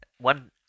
one